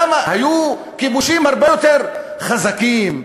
היו כיבושים הרבה יותר חזקים,